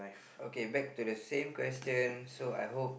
okay back to the same question so I hope